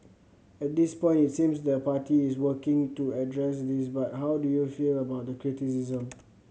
at this point it seems the party is working to address this but how do you feel about the criticism